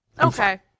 Okay